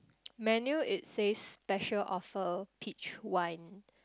menu it says special offer peach wine